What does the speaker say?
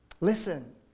Listen